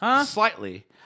slightly